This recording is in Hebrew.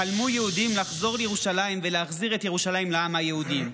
חלמו יהודים לחזור לירושלים ולהחזיר את ירושלים לעם היהודי.